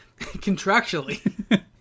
Contractually